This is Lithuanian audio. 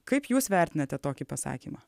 kaip jūs vertinate tokį pasakymą